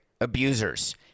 abusers